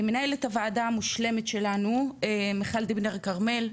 למנהלת הוועדה המושלמת שלנו מיכל דיבנר כרמל,